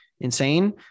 insane